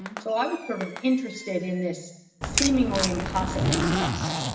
and so i was sort of interested in this seemingly impossible quest.